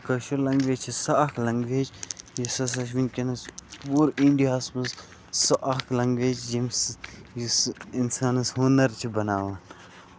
کٲشِر language چھِ سۄ اکھ لینگویج یُس ہسا ؤنکیٚنَس پوٗرٕ اِنڈیاہَس منٛز سُہ اکھ لینگویج ییٚمہِ سۭتۍ یُس اِنسانَس ہُنر چھُ بَناوان